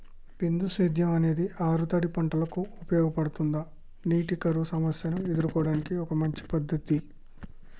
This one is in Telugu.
బిందు సేద్యం అనేది ఆరుతడి పంటలకు ఉపయోగపడుతుందా నీటి కరువు సమస్యను ఎదుర్కోవడానికి ఒక మంచి పద్ధతి?